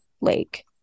lake